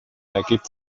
ergibt